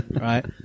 Right